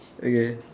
okay